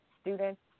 students